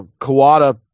Kawada